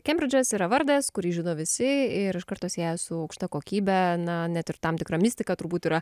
kembridžas yra vardas kurį žino visi ir iš karto sieja su aukšta kokybe na net ir tam tikra mistika turbūt yra